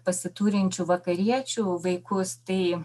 pasiturinčių vakariečių vaikus tai